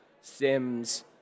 SIMs